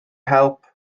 help